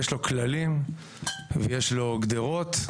יש לו כללים ויש לו גדרות,